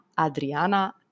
Adriana